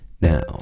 Now